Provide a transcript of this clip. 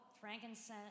frankincense